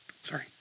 Sorry